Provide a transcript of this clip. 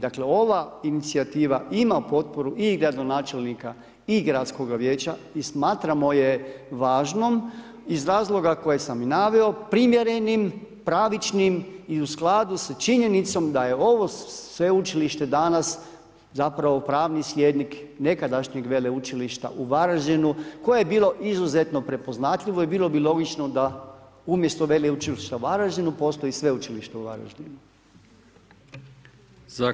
Dakle ova inicijativa ima potporu i gradonačelnika i gradskoga vijeća i smatramo je važnom iz razloga koje sam i naveo, primjerenim, pravičnim i u skladu sa činjenicom da je ovo sveučilište danas zapravo pravni sljednik nekadašnjeg Veleučilišta u Varaždinu koje je bilo izuzetno prepoznatljivo i bilo bi logično da umjesto Veleučilišta u Varaždinu postoji sveučilište u Varaždinu.